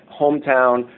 hometown